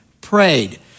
prayed